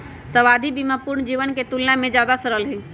आवधिक बीमा पूर्ण जीवन के तुलना में ज्यादा सरल हई